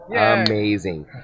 amazing